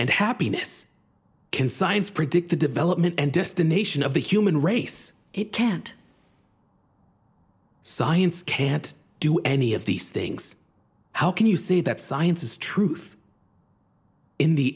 and happiness can science predict the development and destination of the human race it can't science can't do any of these things how can you see that science is truth in the